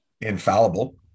infallible